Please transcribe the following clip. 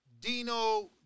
Dino